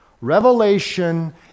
Revelation